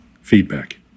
feedback